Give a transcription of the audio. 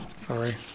Sorry